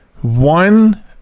one